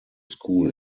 school